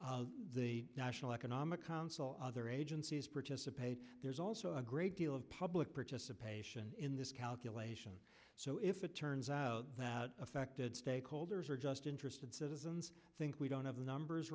the national economic council other agencies participate there's also a great deal of public participation in this calculation so if it turns out that affected stakeholders are just interested citizens think we don't have the numbers